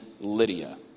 Lydia